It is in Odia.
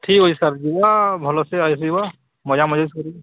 ଠିକ୍ ଅଛି ସାର୍ ଯିବା ଭଲ ସେ ଆସିବା ମଜା ମଜିସ୍ କରି